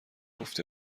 گفته